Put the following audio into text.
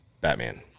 batman